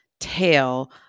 tail